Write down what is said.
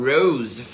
Rose